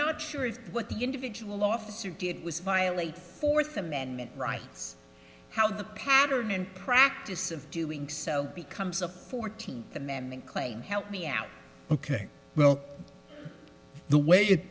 sure what the individual officer did was violate fourth amendment rights how the pattern and practice of doing so becomes a fourteenth amendment claim help me out ok well the way it